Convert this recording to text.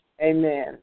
amen